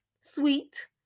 Sweet